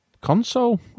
console